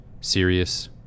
serious